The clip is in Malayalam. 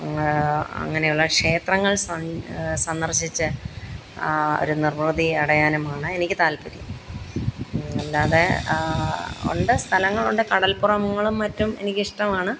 ങ്ങാ അങ്ങനെയുള്ള ക്ഷേത്രങ്ങള് സന്ദര്ശിച്ച് ഒരു നിര്വൃതി അടയാനുമാണ് എനിക്ക് താല്പര്യം അല്ലാതെ ഉണ്ട് സ്ഥലങ്ങളുണ്ട് കടല്പ്പുറങ്ങളും മറ്റും എനിക്കിഷ്ടമാണ്